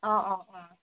অ অ অ